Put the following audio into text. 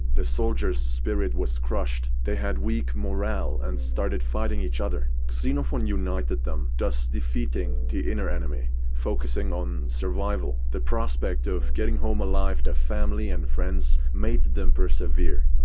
the soldiers' spirit was crushed. they had weak morale and started fighting eachother. xenophon united them, thus defeating the inner enemy. focusing on survival, the prospect of getting home alive to family and friends made them persevere.